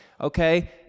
okay